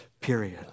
Period